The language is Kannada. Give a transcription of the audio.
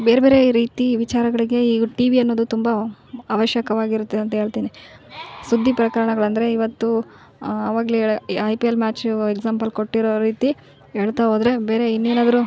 ಬೇರೆಬೇರೆ ರೀತಿ ವಿಚಾರಗಳಿಗೆ ಟಿವಿ ಅನ್ನೋದು ತುಂಬ ಅವಶ್ಯಕವಾಗಿರುತ್ತೆ ಅಂತ ಹೇಳ್ತಿನಿ ಸುದ್ದಿ ಪ್ರಕರಣಗಳಂದ್ರೆ ಇವತ್ತು ಅವಾಗ್ಲೇ I P L match example ಕೊಟ್ಟಿರೋ ರೀತಿ ಹೇಳ್ತಾ ಹೋದರೆ ಬೇರೆ ಇನ್ನೇನಾದ್ರೂ